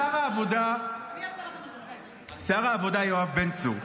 שר העבודה יואב בן צור,